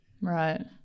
Right